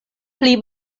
pli